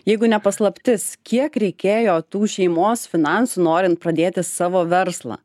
jeigu nepaslaptis kiek reikėjo tų šeimos finansų norint pradėti savo verslą